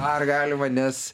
ar galima nes